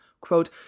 quote